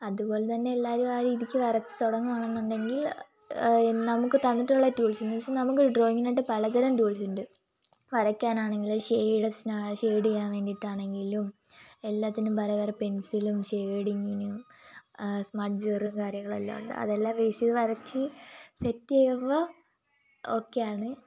അതുപോലെതന്നെ എല്ലാവരും ആ രീതിക്ക് വരച്ച് തുടങ്ങുവാണെന്നുണ്ടെങ്കിൽ നമുക്ക് തന്നിട്ടുള്ള ടൂൾസ് എന്ന് വെച്ചാൽ നമുക്ക് ഡ്രോയിങ്ങിനായിട്ട് പലതരം ടൂൾസ് ഉണ്ട് വരയ്ക്കാൻ ആണെങ്കിൽ ഷേഡസ്ന ഷെയ്ഡ് ചെയ്യാൻ വേണ്ടിട്ടാണെങ്കിലും എല്ലാത്തിനും പല പല പെൻസിലും ഷെഡിങ്ങിനും സ്മടജർ കാര്യങ്ങളെല്ലാം ഉണ്ട് അതെല്ലാം ബേസെയ്ത് വരച്ച് സെറ്റ് ചെയ്യുമ്പോൾ ഓക്കേ ആണ്